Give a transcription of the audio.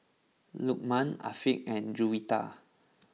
Lukman Afiq and Juwita